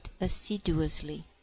assiduously